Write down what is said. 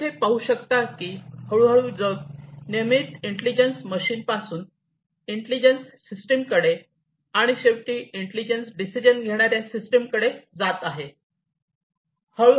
आपण येथे पाहू शकता की हळूहळू जग नियमित इंटेलिजन्स मशीन्स पासून इंटेलिजन्स सिस्टमकडे आणि शेवटी इंटेलिजन्स डिसिजन घेणार्या सिस्टमकडे जात आहोत